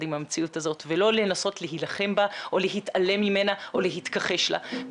עם המציאות הזאת ולא לנסות להילחם בה או להתעלם ממנה או להתכחש לה.